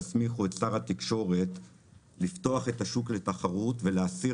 תסמיכו את שר התקשורת לפתוח את השוק לתחרות ולהסיר